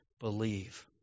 believe